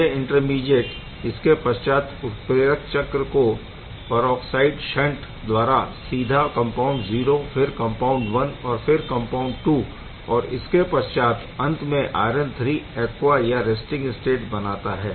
यह इंटरमीडीऐट इसके पश्चात उत्प्रेरक चक्र को परऑक्साइड शन्ट द्वारा सीधा कम्पाउण्ड 0 फिर कम्पाउण्ड 1 और फिर कम्पाउण्ड 2 और इसके पश्चात अंत में आइरन III एक्वा या रैस्टिंग स्टेट बनाता है